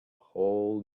whole